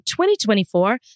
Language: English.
2024